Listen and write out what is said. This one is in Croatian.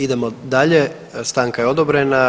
Idemo dalje stanka je odobrena.